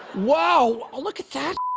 wow! ah look at that